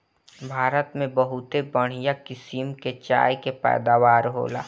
भारत में बहुते बढ़िया किसम के चाय के पैदावार होला